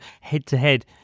head-to-head